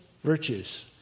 virtues